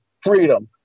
freedom